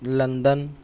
London